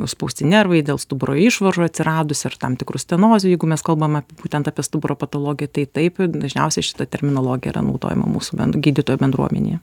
užspausti nervai dėl stuburo išvaržų atsiradus ar tam tikrų stenozių jeigu mes kalbam apie būtent apie stuburo patologiją tai taip dažniausiai šita terminologija yra naudojama mūsų bend gydytojų bendruomenėje